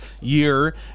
year